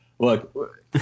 Look